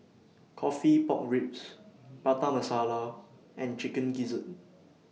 Coffee Pork Ribs Prata Masala and Chicken Gizzard